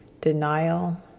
denial